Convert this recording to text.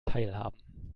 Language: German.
teilhaben